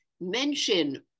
mention